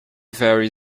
very